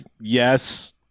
yes